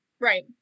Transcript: Right